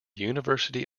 university